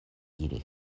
iri